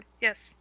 Yes